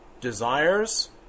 desires